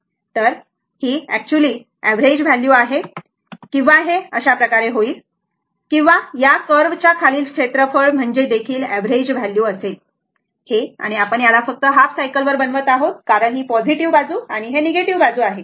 तर ही actually average value आहे किंवा हे अशाप्रकारे होईल किंवा या कर्व च्या खालील क्षेत्रफळ म्हणजे देखील एव्हरेज व्हॅल्यू असेल हे आणि आपण याला फक्त हाफ सायकलवर बनवत आहोत कारण हि पॉझिटिव बाजू आणि हि निगेटिव्ह बाजू आहे